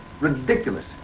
Ridiculous